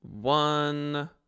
one